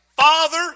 Father